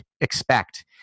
expect